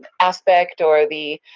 ah aspect, or the